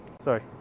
Sorry